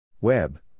Web